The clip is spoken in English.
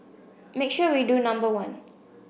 make sure we do number one